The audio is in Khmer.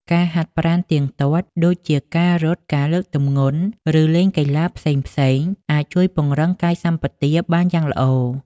ការហាត់ប្រាណទៀងទាត់ ដូចជាការរត់ ការលើកទម្ងន់ ឬលេងកីឡាផ្សេងៗ អាចជួយពង្រឹងកាយសម្បទាបានយ៉ាងល្អ។